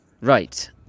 Right